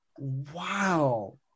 wow